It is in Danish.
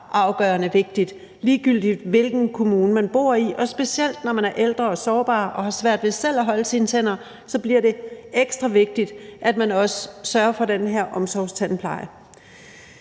afgørende vigtigt, ligegyldig hvilken kommune man bor i, og specielt når man er ældre og sårbar og har svært ved selv at holde sine tænder, bliver det ekstra vigtigt, at kommunen også sørger for den her omsorgstandpleje.